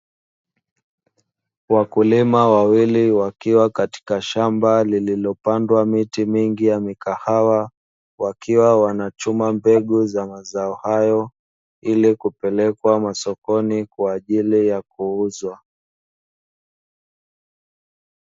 Wakulima wawili wakiwa katika shamba lililopandwa miti mingi ya mikahawa wakiwa wanachuma mbegu za mazao hayo ili kupelekwa masokoni kwa ajili ya kuuzwa.